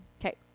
Okay